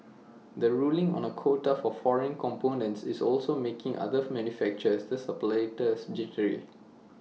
the ruling on A quota for foreign components is also making other manufacturers this suppliers jittery